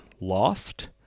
lost